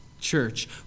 Church